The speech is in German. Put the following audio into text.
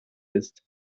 ist